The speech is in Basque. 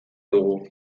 dugu